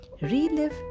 relive